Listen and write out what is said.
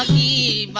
ie